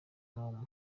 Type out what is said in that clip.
n’uwo